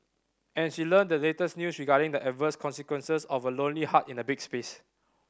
and she learnt the latest news regarding the adverse consequences of a lonely heart in a big space